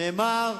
נאמר,